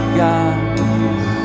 gods